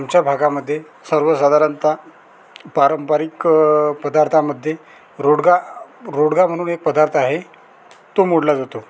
आमच्या भागामध्ये सर्वसाधारणत पारंपरिक पदार्थामध्ये रोडगा रोडगा म्हणून एक पदार्थ आहे तो मोडला जातो